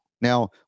now